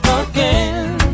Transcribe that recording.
again